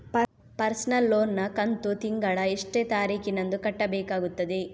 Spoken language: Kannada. ಪರ್ಸನಲ್ ಲೋನ್ ನ ಕಂತು ತಿಂಗಳ ಎಷ್ಟೇ ತಾರೀಕಿನಂದು ಕಟ್ಟಬೇಕಾಗುತ್ತದೆ?